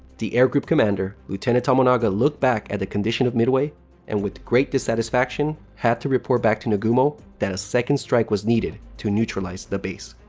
the air group commander, lieutenant tomonaga, looked back at the condition of midway and, with great dissatisfaction, had to report back to nagumo that a second strike was needed to neutralize the base.